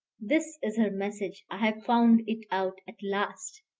this is her message. i have found it out at last.